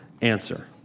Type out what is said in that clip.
answer